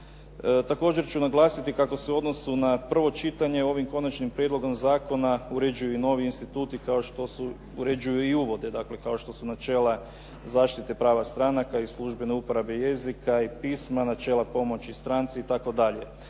Također ću naglasiti kako se u odnosu na prvo čitanje, ovim Konačnim prijedlogom zakona uređuju i novi instituti kao što se uređuju i uvode, dakle kao što su načela zaštiti prava stranaka i službene uporabe jezika i pisma, načela pomoći stranci itd.